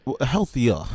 healthier